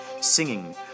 singing